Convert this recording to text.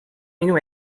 minu